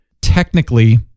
technically